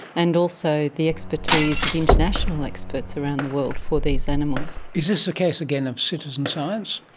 and also the expertise of international experts around the world for these animals. is this the case again of citizen science?